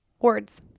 words